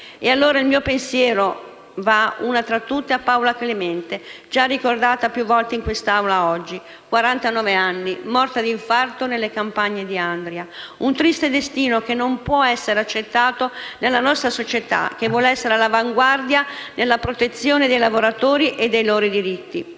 E allora il mio pensiero va, una tra tutte, a Paola Clemente, già ricordata più volte in Assemblea oggi: 49 anni, morta di infarto nelle campagne di Andria. Un triste destino che non può essere accettato nella nostra società che vuole essere all'avanguardia nella protezione dei lavoratori e dei loro diritti.